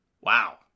Wow